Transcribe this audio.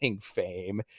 fame